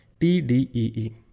TDEE